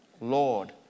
Lord